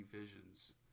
visions